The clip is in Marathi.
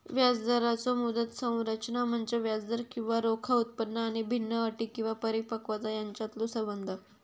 व्याजदराचो मुदत संरचना म्हणजे व्याजदर किंवा रोखा उत्पन्न आणि भिन्न अटी किंवा परिपक्वता यांच्यातलो संबंध